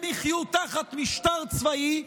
הם יחיו תחת משטר צבאי,